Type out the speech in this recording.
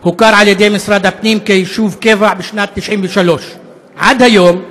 הוכר על ידי משרד הפנים כיישוב קבע בשנת 1993. עד היום,